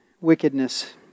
wickedness